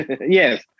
Yes